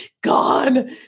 gone